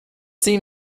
seen